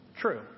true